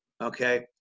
okay